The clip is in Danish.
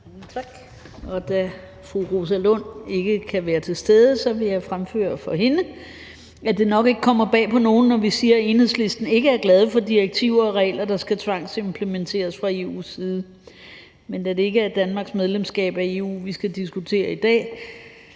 Da fru Rosa Lund ikke kan være til stede, vil jeg i stedet for hende fremføre, at det nok ikke kommer bag på nogen, at Enhedslisten ikke er glad for direktiver og regler, der skal tvangsimplementeres fra EU's side. Men da det ikke er Danmarks medlemskab af EU, vi skal diskutere i dag,